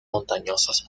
montañosos